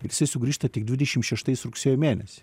ir jisai sugrįžta tik dvidešim šeštais rugsėjo mėnesį